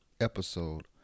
episode